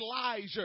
Elijah